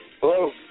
Hello